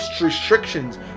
restrictions